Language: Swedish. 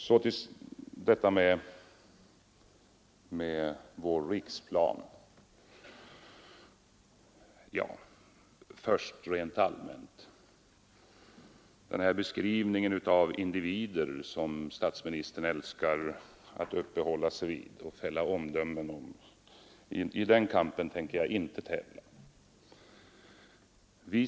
Beträffande vår riksplan vill jag rent allmänt säga att jag inte tänker ställa upp i kampen med statsministern när det gäller att beskriva och fälla omdömen om individer, något som statsministern älskar att uppehålla sig vid.